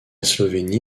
slovénie